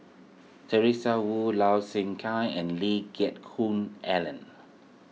Teresa Hsu Low Thia Khiang and Lee Geck Hoon Ellen